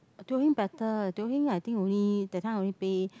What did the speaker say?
Teo-Heng better Teo-Heng I think only that time only pay